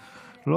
אבל,